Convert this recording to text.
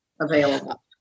available